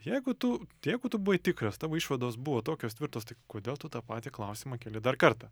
jeigu tu jeigu tu buvai tikras tavo išvados buvo tokios tvirtos tai kodėl tu tą patį klausimą keli dar kartą